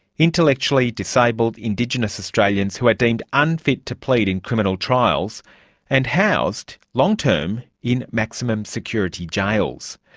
intellectually disabled indigenous australians who are deemed unfit to plead in criminal trials and housed, long-term, in maximum-security jails.